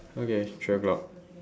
okay three o-clock